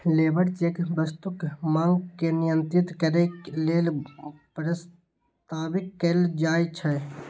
labour check वस्तुक मांग के नियंत्रित करै लेल प्रस्तावित कैल जाइ छै